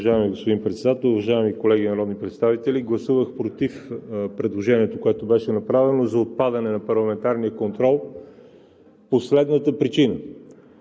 уважаеми колеги народни представители, гласувах против предложението, което беше направено, за отпадане на Парламентарния контрол по следната причина.